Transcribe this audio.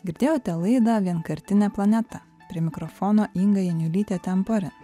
girdėjote laidą vienkartinė planeta prie mikrofono inga janiulytė temporin